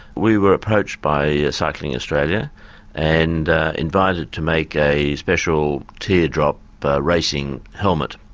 we were approached by cycling australia and invited to make a special teardrop but racing helmet.